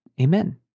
Amen